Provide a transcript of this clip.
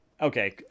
Okay